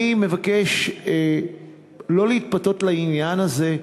אני מבקש שלא להתפתות לעניין הזה.